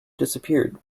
disappeared